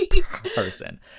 person